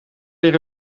weer